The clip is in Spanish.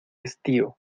estío